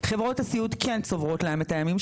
חברות הסיעוד כן צוברות להם את הימים.